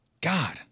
God